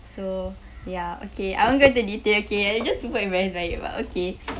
so ya okay I won't go to detail okay I'm just super embarrassed by it but okay